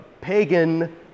pagan